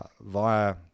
via